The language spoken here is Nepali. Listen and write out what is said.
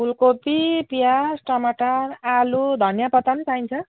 फुलकोपी प्याज टमाटर आलु धनियाँ पत्ता पनि चाहिन्छ